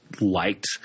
liked